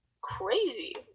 crazy